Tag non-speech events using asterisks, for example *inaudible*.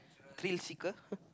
thrill seeker *laughs*